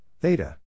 theta